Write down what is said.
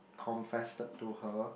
confessed to her